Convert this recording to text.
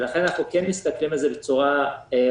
לכן אנחנו כן מסתכלים על זה בצורה רחבה.